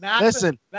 Listen